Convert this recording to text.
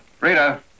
Rita